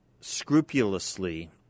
scrupulously